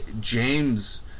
James